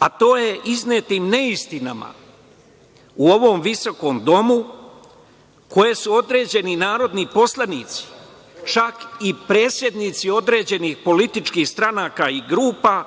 a to je iznetim neistinama u ovom visokom Domu koje su određeni narodni poslanici, čak i predsednici određenih političkih stranaka i grupa